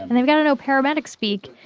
and they've gotta know paramedic speak,